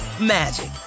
magic